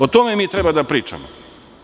O tome mi treba da pričamo.